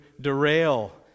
derail